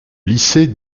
lycée